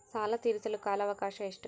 ಸಾಲ ತೇರಿಸಲು ಕಾಲ ಅವಕಾಶ ಎಷ್ಟು?